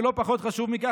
ולא פחות חשוב מזה,